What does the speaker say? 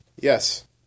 Yes